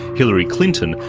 hillary clinton,